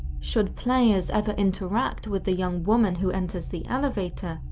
should players ever interact with the young woman who enters the elevator,